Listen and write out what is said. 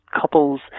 couples